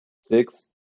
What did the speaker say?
Six